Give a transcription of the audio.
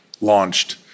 launched